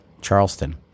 charleston